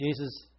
Jesus